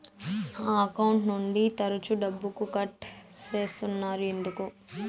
నా అకౌంట్ నుండి తరచు డబ్బుకు కట్ సేస్తున్నారు ఎందుకు